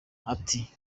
ati